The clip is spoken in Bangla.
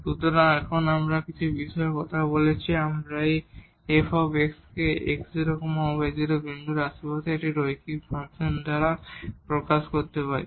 সুতরাং কিন্তু এখন আমরা সেই বিষয়ে কথা বলছি যদি আমরা এই f কে x0 y0 বিন্দুর আশেপাশে একটি রৈখিক ফাংশন দ্বারা প্রকাশ করতে পারি